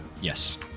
Yes